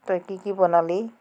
তই কি কি বনালি